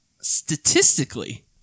statistically